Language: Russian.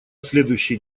следующий